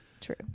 true